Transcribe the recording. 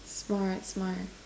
smart smart